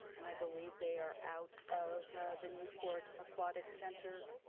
and i believe they are out of the newport aquatic center,